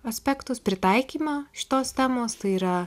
aspektus pritaikymą šitos temos tai yra